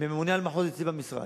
מממונה על מחוז אצלי במשרד,